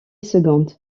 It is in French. seconde